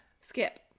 Skip